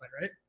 right